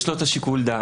יש לו את שיקול הדעת.